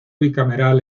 bicameral